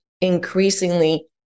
increasingly